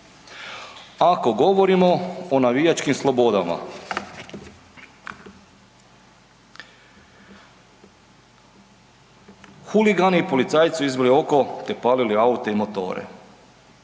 Ako govorimo o navijačkim slobodama huligani policajcu izbili oko te palili aute i motore,